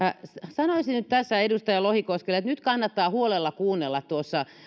sanoisin nyt tässä edustaja lohikoskelle että kannattaa huolella kuunnella